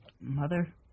Mother